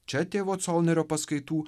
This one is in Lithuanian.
čia tėvo colnerio paskaitų